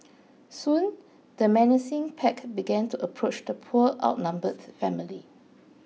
soon the menacing pack began to approach the poor outnumbered family